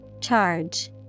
Charge